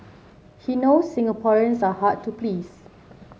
he knows Singaporeans are hard to please